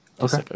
Okay